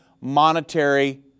monetary